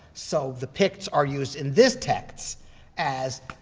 so the picts are used in this texts as,